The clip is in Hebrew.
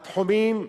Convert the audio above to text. בתחומים,